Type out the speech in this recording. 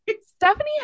Stephanie